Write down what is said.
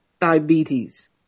diabetes